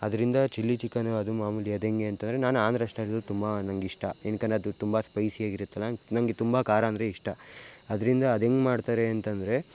ಅದರಿಂದ chilli chicken ಅದು ಮಾಮೂಲಿ ಅದು ಹೇಗೆ ಅಂತಂದ್ರೆ ನಾನು ಆಂಧ್ರ ಸ್ಟೈಲಲ್ಲಿ ತುಂಬ ನನಗಿಷ್ಟ ಏನ್ಕೆ ಅಂದ್ರೆ ಅದು ತುಂಬ ಸ್ಪೈಸಿಯಾಗಿರುತ್ತಲ್ವ ನನಗೆ ತುಂಬ ಖಾರ ಅಂದರೆ ಇಷ್ಟ ಅದರಿಂದ ಅದು ಹೆಂಗೆ ಮಾಡ್ತಾರೆ ಅಂತಂದರೆ